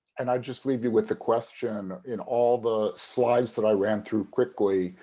and i just leave you with the question. in all the slides that i ran through quickly,